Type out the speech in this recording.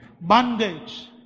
bondage